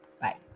Bye